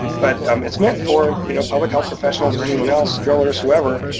but um it's meant for you know public health professionals or anyone else, drillers, whoever,